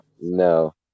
No